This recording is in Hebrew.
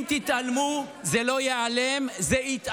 אם תתעלמו, זה לא ייעלם, זה יתעצם.